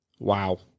wow